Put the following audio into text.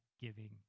giving